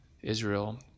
Israel